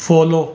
follow